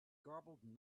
garbled